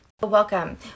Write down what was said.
Welcome